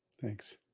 thanks